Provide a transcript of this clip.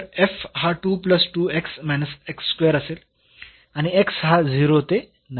तर हा असेल आणि x हा 0 ते 9 बदलतो